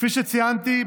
כפי שציינתי,